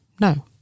No